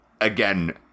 again